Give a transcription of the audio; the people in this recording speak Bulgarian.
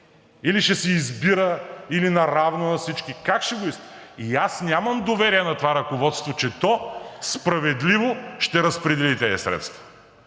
или ще се избира, или наравно на всички – как ще го иска. И аз нямам доверие на това ръководство, че то справедливо ще разпредели тези средства.